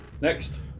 next